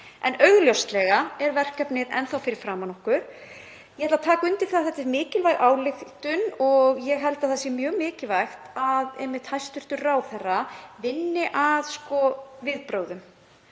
En augljóslega er verkefnið enn fyrir framan okkur. Ég ætla að taka undir það að þetta er mikilvæg ályktun og ég held að það sé mjög mikilvægt að hæstv. ráðherra vinni að viðbrögðum.